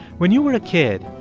when you were a kid,